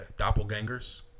doppelgangers